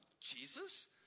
Jesus